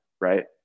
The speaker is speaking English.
right